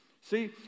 See